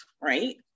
right